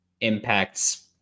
impacts